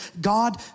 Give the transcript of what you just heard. God